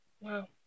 Wow